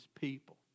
people